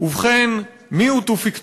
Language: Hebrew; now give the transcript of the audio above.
"ובכן, מיהו תופיק טובי?